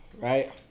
Right